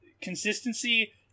consistency